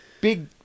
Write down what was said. big